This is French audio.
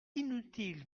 inutile